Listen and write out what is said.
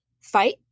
fight